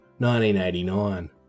1989